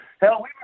Hell